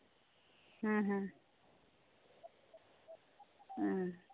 ᱦᱩᱸ ᱦᱩᱸ